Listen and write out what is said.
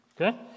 Okay